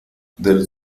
del